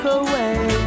away